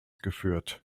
geführt